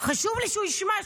חשוב לי שהוא ישמע,